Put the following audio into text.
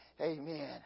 Amen